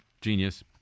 genius